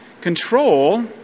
Control